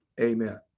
Amen